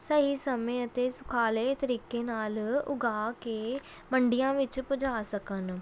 ਸਹੀ ਸਮੇਂ ਅਤੇ ਸੁਖਾਲੇ ਤਰੀਕੇ ਨਾਲ ਉਗਾ ਕੇ ਮੰਡੀਆਂ ਵਿੱਚ ਪਹੁੰਚਾ ਸਕਣ